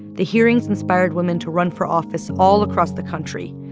the hearings inspired women to run for office all across the country.